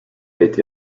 été